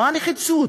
מה הנחיצות?